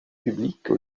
publique